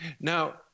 now